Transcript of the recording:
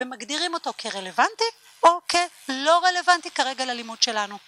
ומגדירים אותו כרלוונטי או כלא רלוונטי כרגע ללימוד שלנו.